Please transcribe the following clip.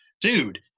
dude